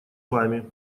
вами